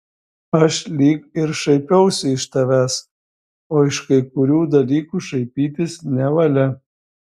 aš lyg ir šaipiausi iš tavęs o iš kai kurių dalykų šaipytis nevalia